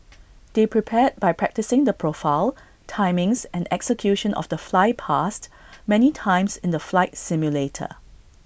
they prepared by practising the profile timings and execution of the flypast many times in the flight simulator